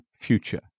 future